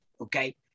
okay